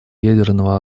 ядерного